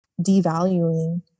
devaluing